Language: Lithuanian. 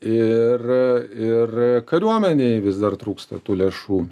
ir ir kariuomenei vis dar trūksta tų lėšų